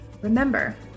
Remember